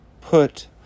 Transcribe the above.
put